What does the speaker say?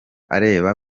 areba